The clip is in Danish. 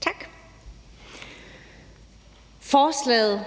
Tak. Forslaget